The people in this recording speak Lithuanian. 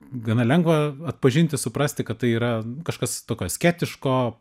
gana lengva atpažinti suprasti kad tai yra kažkas tokio asketiško